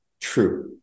true